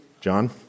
John